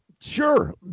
sure